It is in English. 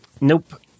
Nope